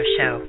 Show